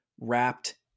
wrapped